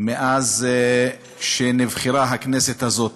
מאז שנבחרה הכנסת הזו.